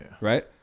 right